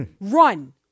run